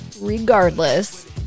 regardless